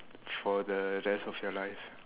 for the rest of your life